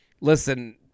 listen